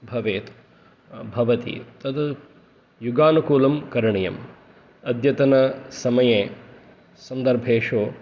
भवेत् भवति तत् युगानुकूलं करणीयं अद्यतनसमये सन्दर्भेषु